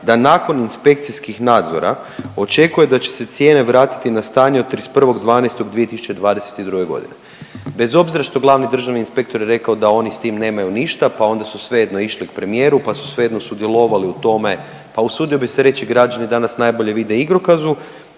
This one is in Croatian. da nakon inspekcijskih nadzora očekuje da će se cijene vratiti na stanje od 31. 12. 2022. godine bez obzira što je glavni državni inspektor rekao da oni s tim nemaju ništa, pa onda su svejedno išli k premijeru pa su svejedno sudjelovali u tome pa usudio bih se reći građani danas najbolje vide u igrokaze.